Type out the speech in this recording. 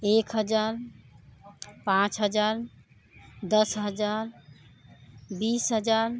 एक हजार पाँच हजार दस हजार बीस हजार